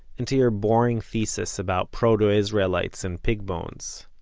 and to your boring thesis about proto-israelites and pig bones.